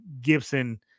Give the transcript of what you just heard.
Gibson